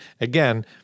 again